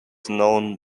known